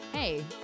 Hey